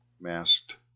masked